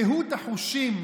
קהות החושים,